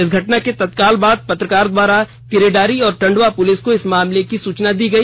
इस घटना के तत्काल बाद पत्रकार द्वारा करेडारी और टंडवा पुलिस को इस मामले की सूचना दी गई